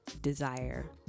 desire